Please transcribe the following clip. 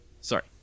sorry